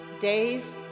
days